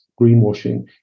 greenwashing